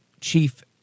Chief